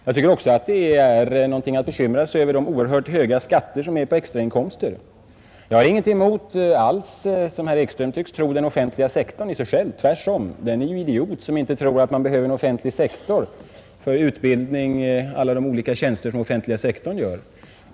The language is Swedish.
De oerhört höga skatter som utgår på extrainkomster är också något att bekymra sig över. Jag har inte alls som herr Ekström tycks tro någonting emot den offentliga sektorn i sig själv. Tvärtom är den en idiot som inte inser att vi behöver en offentlig sektor för utbildning och för alla olika tjänster som denna sektor kan lämna.